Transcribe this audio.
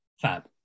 Fab